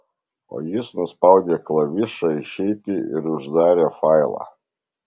o jis nuspaudė klavišą išeiti ir uždarė failą